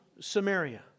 Samaria